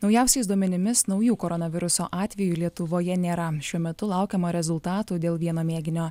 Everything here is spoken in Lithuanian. naujausiais duomenimis naujų koronaviruso atvejų lietuvoje nėra šiuo metu laukiama rezultatų dėl vieno mėginio